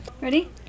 Ready